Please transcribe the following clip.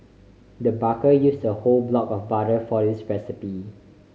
the baker use a whole block of butter for this recipe